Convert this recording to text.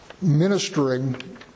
ministering